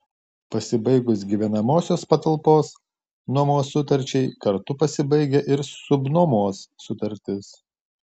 pasibaigus gyvenamosios patalpos nuomos sutarčiai kartu pasibaigia ir subnuomos sutartis